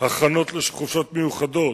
הכנות לחופשות מיוחדות,